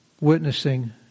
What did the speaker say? witnessing